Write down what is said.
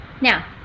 Now